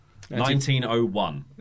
1901